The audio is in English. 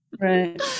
Right